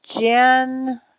Jen